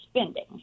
spending